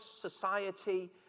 society